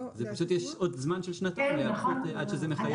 זה פשוט יש עוד זמן שהוא שנתיים להערכות עד שזה מחייב.